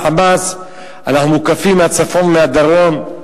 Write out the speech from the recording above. ה"חמאס" אנחנו מוקפים מהצפון ומהדרום.